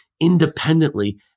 independently